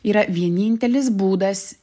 yra vienintelis būdas